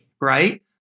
right